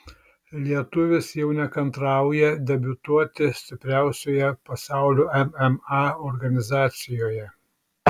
lietuvis jau nekantrauja debiutuoti stipriausioje pasaulio mma organizacijoje